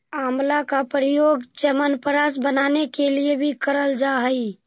आंवला का प्रयोग च्यवनप्राश बनाने के लिए भी करल जा हई